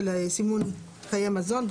סימון חיי מזון,